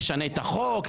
נשנה את החוק",